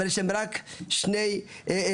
אבל שהם רק שני רכזים.